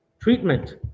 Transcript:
treatment